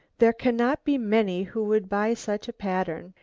there cannot be many who would buy such a pattern,